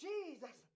Jesus